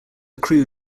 crew